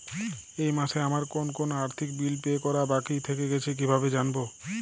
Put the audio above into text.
এই মাসে আমার কোন কোন আর্থিক বিল পে করা বাকী থেকে গেছে কীভাবে জানব?